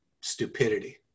stupidity